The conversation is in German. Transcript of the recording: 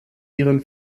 ihren